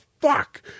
fuck